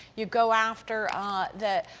you go after ah the